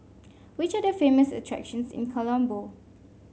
which are the famous attractions in Colombo